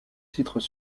titres